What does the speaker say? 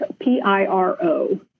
P-I-R-O